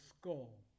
skull